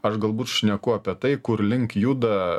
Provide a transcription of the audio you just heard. aš galbūt šneku apie tai kur link juda